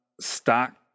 stock